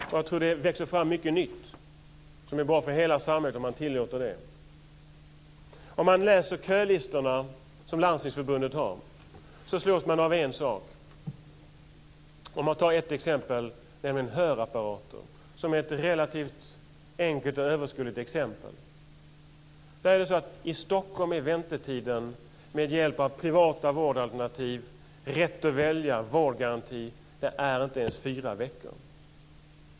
Jag tror att det växer fram mycket nytt som är bra för hela samhället om man tillåter det. Om man läser kölistorna som Landstingsförbundet har tagit fram slås man av en sak. Vi kan ta ett exempel, nämligen hörapparater, som är ett relativt enkelt och överskådligt exempel. I Stockholm är väntetiden med hjälp av privata vårdalternativ och rätt-att-välja-vård-garanti inte ens fyra veckor.